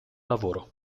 lavoro